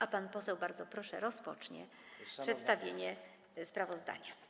A pan poseł, bardzo proszę, rozpocznie przedstawianie sprawozdania.